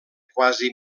quasi